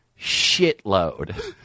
shitload